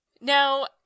Now